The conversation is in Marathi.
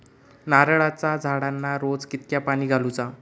नारळाचा झाडांना रोज कितक्या पाणी घालुचा?